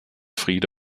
friede